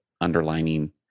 underlining